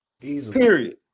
Period